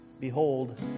Behold